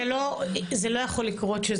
זה לא יכול לקרות,